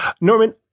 Norman